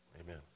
Amen